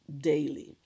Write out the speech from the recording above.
daily